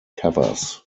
covers